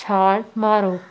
ਛਾਲ ਮਾਰੋ